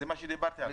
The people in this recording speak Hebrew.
זה מה שדיברתי עליו.